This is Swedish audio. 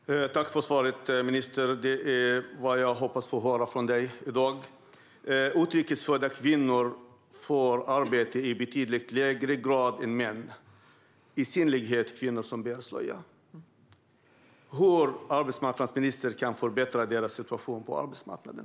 Fru talman! Tack för svaret, ministern! Det var vad jag hoppades få höra från ministern i dag. Utrikes födda kvinnor får arbete i betydligt lägre grad än män, i synnerhet kvinnor som bär slöja. Hur kan arbetsmarknadsministern förbättra deras situation på arbetsmarknaden?